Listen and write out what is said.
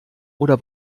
oder